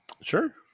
sure